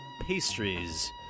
pastries